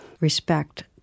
respect